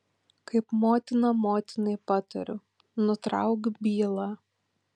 kaip motina motinai patariu nutrauk bylą